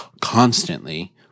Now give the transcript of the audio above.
constantly